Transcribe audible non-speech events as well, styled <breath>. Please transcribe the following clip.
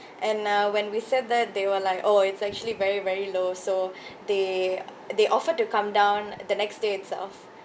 and uh when we said that they were like oh it's actually very very low so <breath> they they offered to come down the next day itself